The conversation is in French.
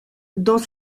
dans